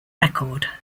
record